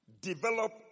Develop